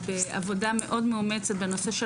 בעבודה מאוד מאומצת, בנושא של